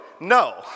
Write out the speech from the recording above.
no